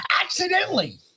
accidentally